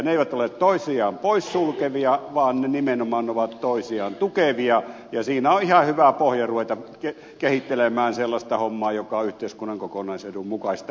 ne eivät ole olleet toisiaan poissulkevia vaan nimenomaan toisiaan tukevia ja siinä on ihan hyvä pohja ruveta kehittelemään sellaista hommaa joka on yhteiskunnan kokonaisedun mukaista